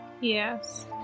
Yes